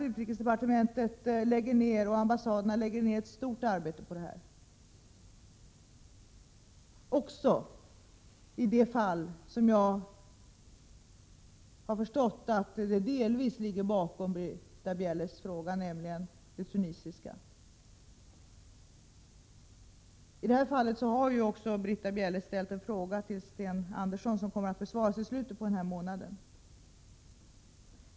Utrikesdepartementet och ambassaderna lägger ner ett stort arbete på sådana här fall, också på det fall som jag förstår delvis ligger bakom Britta Bjelles fråga, nämligen det tunisiska. Britta Bjelle har ju till utrikesminister Sten Andersson framställt en interpellation som kommer att besvaras i slutet av månaden.